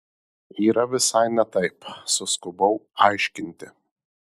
yra visai ne taip suskubau aiškinti